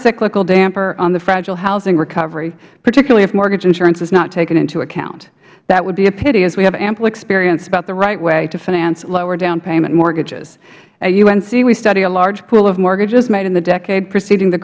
cyclical damper on the fragile housing recovery particularly if mortgage insurance is not taken into account that would be a pity as we have ample experience about the right way to finance lower down payment mortgages at unc we study a large pool of mortgages made in the decade preceding the